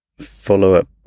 follow-up